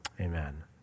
Amen